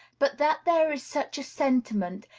but that there is such a sentiment,